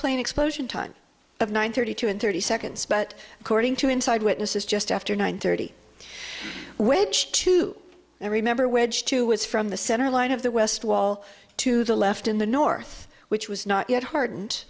plane explosion time of nine thirty two and thirty seconds but according to inside witnesses just after nine thirty which two i remember wedge two was from the centerline of the west wall to the left in the north which was not yet hardened